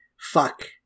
fuck